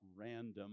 random